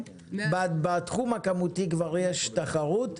בתחום הכמותי כבר יש תחרות.